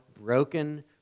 broken